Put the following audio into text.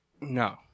No